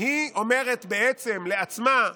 היא בעצם אומרת לעצמה,